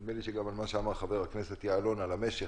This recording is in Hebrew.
נדמה לי שגם על מה שאמר חבר הכנסת יעלון על המשך,